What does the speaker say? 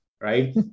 right